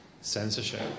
censorship